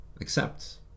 Accept